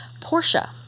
Portia